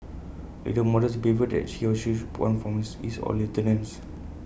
A leader models the behaviour that he or she should want from his his or lieutenants